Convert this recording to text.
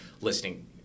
listing